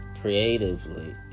Creatively